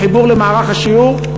של חיבור למערך השיעור,